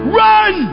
run